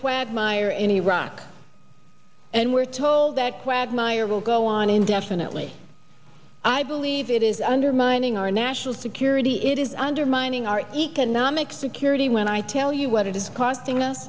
quagmire in iraq and we're told that quagmire will go on indefinitely i believe it is undermining our national security it is undermining our economic security when i tell you what it is costing